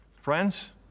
friends